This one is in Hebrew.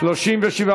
הצללה בגני-שעשועים),